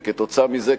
וכתוצאה מזה,